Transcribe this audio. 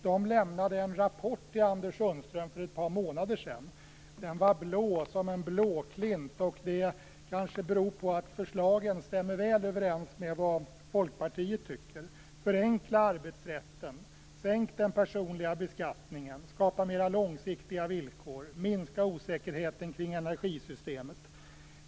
De lämnade en rapport till Anders Sundström för ett par månader sedan. Den var blå som en blåklint, och det kanske beror på att förslagen stämmer väl överens med vad Folkpartiet tycker: Förenkla arbetsrätten, sänk den personliga beskattningen, skapa mer långsiktiga villkor, minska osäkerheten kring energisystemet.